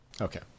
Okay